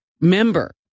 member